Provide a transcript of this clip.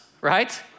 right